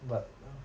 but now